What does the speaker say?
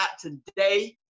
today